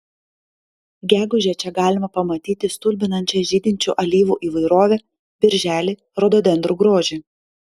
gegužę čia galima pamatyti stulbinančią žydinčių alyvų įvairovę birželį rododendrų grožį